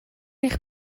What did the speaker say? eich